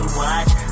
watch